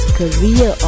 career